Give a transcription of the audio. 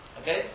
Okay